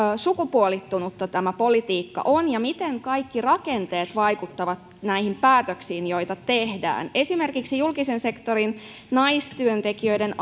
sukupuolittunutta tämä politiikka on ja miten kaikki rakenteet vaikuttavat näihin päätöksiin joita tehdään olisiko esimerkiksi julkisen sektorin naistyöntekijöiden